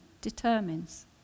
determines